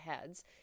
heads